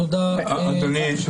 תודה, אדוני.